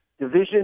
division